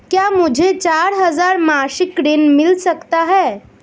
क्या मुझे चार हजार मासिक ऋण मिल सकता है?